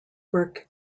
work